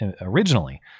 originally